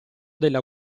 della